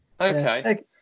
Okay